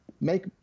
make